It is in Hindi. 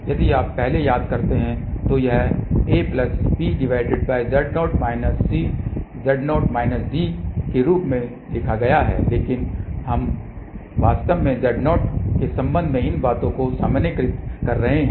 यदि आप पहले याद करते हैं तो यह A BZ0 CZ0 D के रूप में लिखा गया है लेकिन यहाँ हम वास्तव में Z0 के संबंध में इन बातों को सामान्यीकृत कर रहे हैं